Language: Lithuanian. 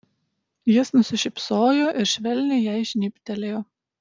jis nusišypsojo ir švelniai jai žnybtelėjo